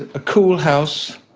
a cool house,